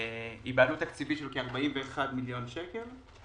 היא בעלות תקציבית של כ-41 מיליון שקלים.